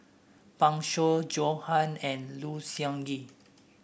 Pan Shou Joan Hon and Low Siew Nghee